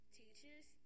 teachers